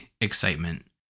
excitement